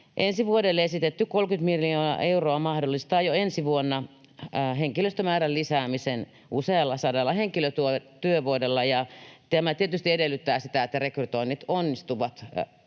Ensi vuodelle esitetty 30 miljoonaa euroa mahdollistaa jo ensi vuonna henkilöstömäärän lisäämisen usealla sadalla henkilötyövuodella. Tämä tietysti edellyttää sitä, että rekrytoinnit onnistuvat